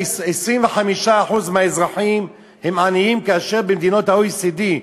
25% מהאזרחים הם עניים, כאשר במדינות ה-OECD,